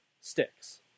sticks